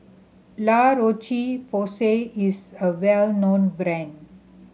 La Roche Porsay is a well known brand